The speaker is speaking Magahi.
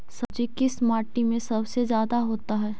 सब्जी किस माटी में सबसे ज्यादा होता है?